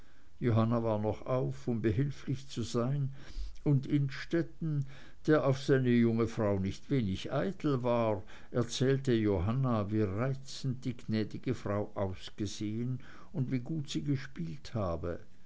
johanna war noch auf um behilflich zu sein und innstetten der auf seine junge frau nicht wenig eitel war erzählte johanna wie reizend die gnädige frau ausgesehen und wie gut sie gespielt habe